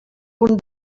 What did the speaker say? punt